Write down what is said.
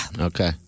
Okay